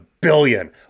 billion